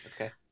Okay